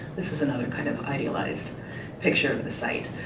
this is another kind of idealized picture of the site.